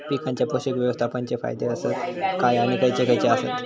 पीकांच्या पोषक व्यवस्थापन चे फायदे आसत काय आणि खैयचे खैयचे आसत?